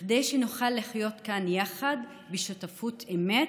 כדי שנוכל לחיות כאן יחד בשותפות אמת,